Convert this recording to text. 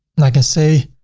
like can say,